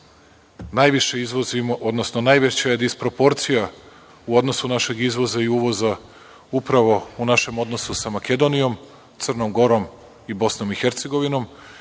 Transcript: najveća je disproporcija u odnosu našeg izvoza i uvoza upravo u našem odnosu sa Makedonijom, Crnom Gorom i Bosnom i Hercegovinom.